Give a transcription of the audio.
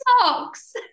socks